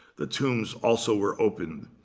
the tombs also were opened.